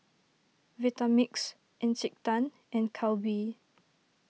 Vitamix Encik Tan and Calbee